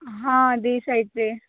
ହଁ ଦୁଇ ସାଇଡ଼ରେ